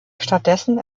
stattdessen